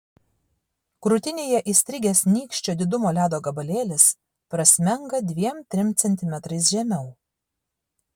krūtinėje įstrigęs nykščio didumo ledo gabalėlis prasmenga dviem trim centimetrais žemiau